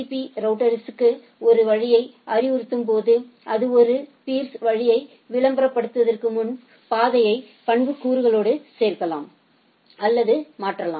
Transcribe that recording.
பீ router ஒரு வழியை அறிவுறுத்தும்போது அது ஒரு பீர்ஸ் வழியை விளம்பரப்படுத்துவதற்கு முன்பு பாதை பண்புக்கூறுகளை சேர்க்கலாம் அல்லது மாற்றலாம்